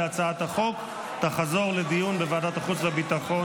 62 בעד, עשרה נגד.